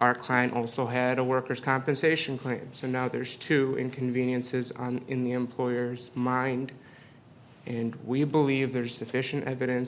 our client also had a worker's compensation claim so now there's two inconveniences on in the employer's mind and we believe there is sufficient evidence